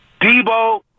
Debo